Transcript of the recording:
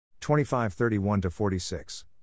25-31-46